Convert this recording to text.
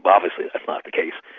obviously that's not the case.